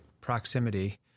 proximity